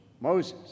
Moses